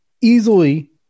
easily